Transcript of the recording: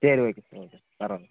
சரி okay sir okay sir பரவாயில்ல